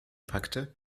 packte